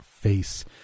face